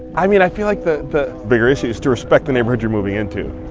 i mean i feel like the the bigger issue is to respect the neighborhood you're moving into.